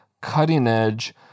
cutting-edge